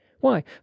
Why